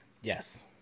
Yes